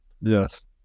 Yes